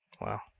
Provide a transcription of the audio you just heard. Wow